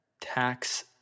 tax